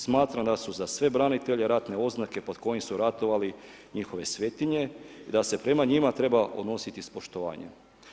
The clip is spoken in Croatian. Smatram da su za sve branitelje ratne oznake pod kojim su ratovali njihove svetinje, da se prema njima treba odnositi s poštovanjem.